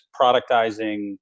productizing